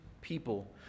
people